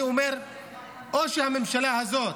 אני אומר שהממשלה הזאת